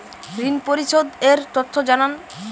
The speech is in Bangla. ঋন পরিশোধ এর তথ্য জানান